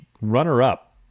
runner-up